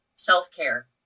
Self-care